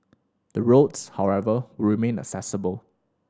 the roads however will remain accessible